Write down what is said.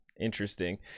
interesting